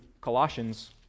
Colossians